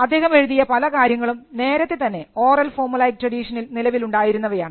അദ്ദേഹം എഴുതിയ പല കാര്യങ്ങളും നേരത്തെ തന്നെ ഓറൽ ഫോർമുലൈക് ട്രഡിഷനിൽ നിലവിൽ ഉണ്ടായിരുന്നവയാണ്